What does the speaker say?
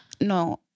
no